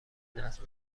نصب